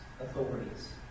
authorities